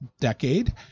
decade